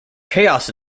chaos